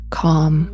calm